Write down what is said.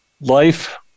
life